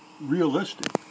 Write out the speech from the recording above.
realistic